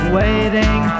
waiting